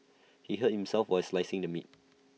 he hurt himself while slicing the meat